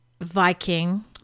Viking